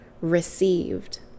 received